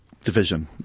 division